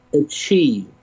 achieve